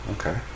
Okay